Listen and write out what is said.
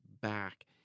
back